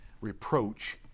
reproach